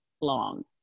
long